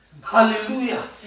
Hallelujah